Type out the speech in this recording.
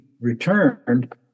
returned